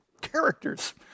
characters